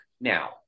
now